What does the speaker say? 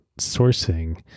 sourcing